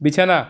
বিছানা